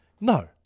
No